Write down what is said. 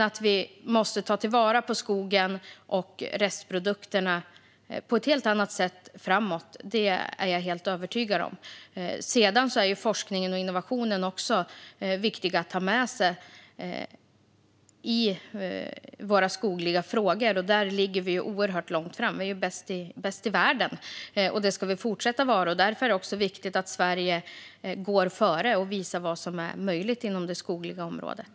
Att vi måste ta vara på skogen och restprodukterna på ett helt annat sätt framdeles är jag helt övertygad om. Sedan är forskning och innovation också viktigt att ta med sig i våra skogliga frågor. Där ligger vi oerhört långt framme. Vi är bäst i världen, och det ska vi fortsätta att vara. Därför är det också viktigt att Sverige går före och visar vad som är möjligt inom det skogliga området.